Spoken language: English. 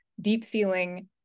deep-feeling